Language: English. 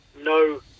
no